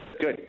Good